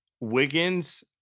Wiggins